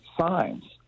signs